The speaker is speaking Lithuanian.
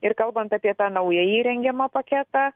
ir kalbant apie tą naująjį rengiamą paketą